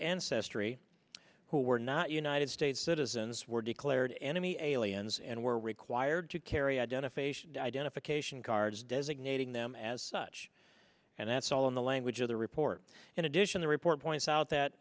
ancestry who were not united states citizens were declared enemy aliens and were required to carry identification identification cards designating them as such and that's all in the language of the report in addition the report points out that